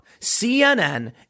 CNN